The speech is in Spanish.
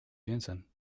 piensan